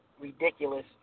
ridiculous